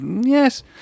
Yes